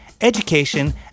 education